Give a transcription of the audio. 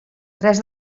tres